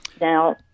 Now